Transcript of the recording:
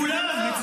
לכולם, לכולם.